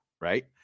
right